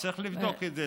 צריך לבדוק את זה,